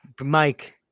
Mike